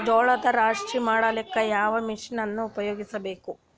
ಜೋಳದ ರಾಶಿ ಮಾಡ್ಲಿಕ್ಕ ಯಾವ ಮಷೀನನ್ನು ಉಪಯೋಗಿಸಬೇಕು?